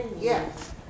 Yes